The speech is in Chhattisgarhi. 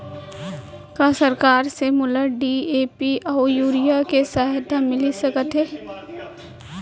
का सरकार से मोला डी.ए.पी अऊ यूरिया के सहायता मिलिस सकत हे?